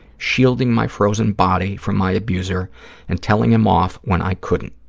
shielding my frozen body from my abuser and telling him off when i couldn't.